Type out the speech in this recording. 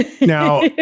now